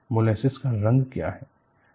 molasses का रंग क्या है